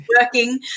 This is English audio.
working